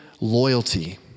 loyalty